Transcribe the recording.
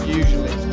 usually